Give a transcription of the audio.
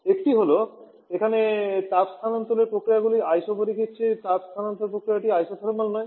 একটি হল এখানে তাপ স্থানান্তর প্রক্রিয়াগুলি আইসোবারিকের চেয়ে তাপ স্থানান্তর প্রক্রিয়াটি আইসোথার্মাল নয়